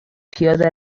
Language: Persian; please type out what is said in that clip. پیاده